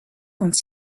quand